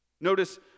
Notice